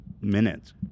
minutes